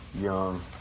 young